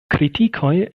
kritikoj